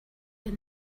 when